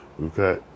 Okay